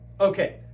Okay